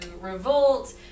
revolt